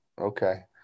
okay